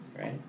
right